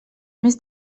més